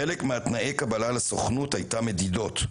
חלק מתנאי הקבלה לסוכנות היה מדידות.